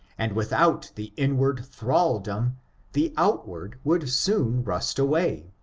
and without the inward thraldom the outward would soon rust away.